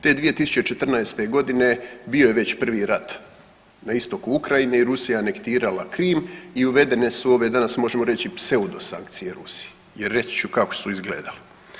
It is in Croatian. Te 2014.g. bio je već prvi rat na istoku Ukrajine i Rusija je anektirala Krim i uvedene su ove danas možemo reć pseudo sankcije Rusiji jer reći ću kako su izgledale.